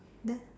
that's